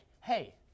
hey